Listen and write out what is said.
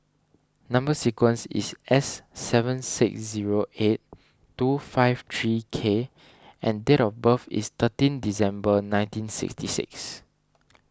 Number Sequence is S seven six zero eight two five three K and date of birth is thirteen December nineteen sixty six